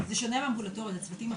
זה שונה מאמבולטורי, זה צוותים אחרים.